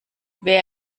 wer